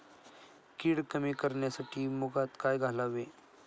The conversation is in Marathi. कीड कमी करण्यासाठी मुगात काय घालावे?